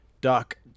duck